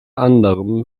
anderem